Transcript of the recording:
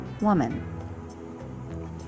woman